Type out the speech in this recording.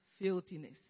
filthiness